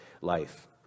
life